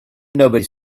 nobody